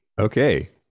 Okay